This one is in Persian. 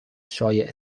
شایع